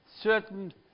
certain